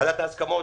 בוועדת ההסכמות.